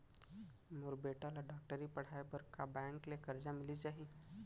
मोर बेटा ल डॉक्टरी पढ़ाये बर का बैंक ले करजा मिलिस जाही?